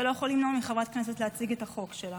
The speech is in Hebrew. אתה לא יכול למנוע מחברת כנסת להציג את החוק שלה.